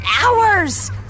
hours